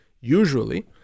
Usually